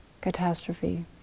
catastrophe